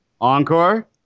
Encore